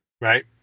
right